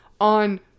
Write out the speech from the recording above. on